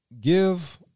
give